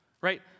right